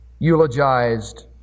eulogized